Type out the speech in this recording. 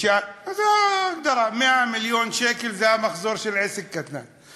זו ההגדרה: 100 מיליון שקל זה המחזור של עסק קטן.